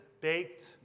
baked